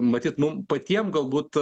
matyt mum patiem galbūt